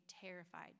terrified